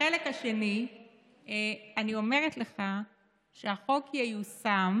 בחלק השני אני אומרת לך שהחוק ייושם,